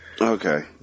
Okay